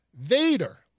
Vader